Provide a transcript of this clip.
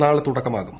നാളെ തുടക്കമാകും